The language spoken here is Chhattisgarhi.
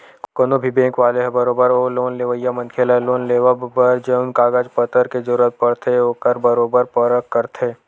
कोनो भी बेंक वाले ह बरोबर ओ लोन लेवइया मनखे ल लोन लेवब बर जउन कागज पतर के जरुरत पड़थे ओखर बरोबर परख करथे